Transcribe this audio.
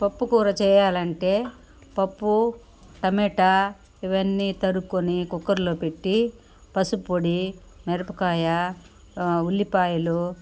పప్పుకూర చేయాలంటే పప్పు టమేటా ఇవన్నీ తరుక్కుని కుక్కర్లో పెట్టి పసుప్పొడి మిరపకాయ ఉల్లిపాయలు